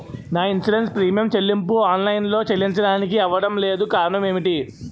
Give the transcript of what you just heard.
నా insurance premium చెల్లింపు online లో చెల్లించడానికి అవ్వడం లేదు కారణం ఏమిటి?